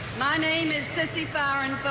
my name is sissy